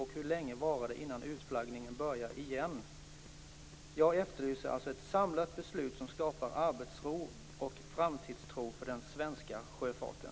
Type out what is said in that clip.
Hur länge dröjer det innan utflaggningen börjar igen? Jag efterlyser alltså ett samlat beslut som skapar arbetsro och framtidstro för den svenska sjöfarten.